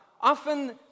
Often